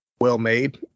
well-made